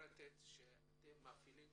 מפורטת בכתב שאתם מפעילים